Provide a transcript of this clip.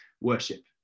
worship